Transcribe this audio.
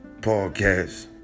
Podcast